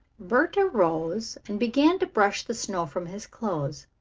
bert arose and began to brush the snow from his clothes.